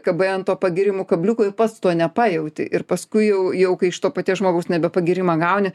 kabai ant to pagyrimų kabliuko ir pats to nepajauti ir paskui jau jau kai iš to paties žmogaus nebe pagyrimą gauni